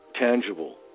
tangible